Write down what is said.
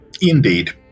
Indeed